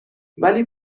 ولی